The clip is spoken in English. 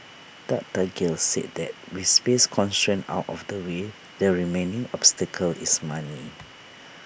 doctor gill said that with space constraints out of the way the remaining obstacle is money